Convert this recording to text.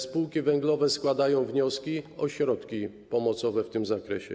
Spółki węglowe składają wnioski o środki pomocowe w tym zakresie.